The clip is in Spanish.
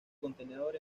contenedor